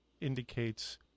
indicates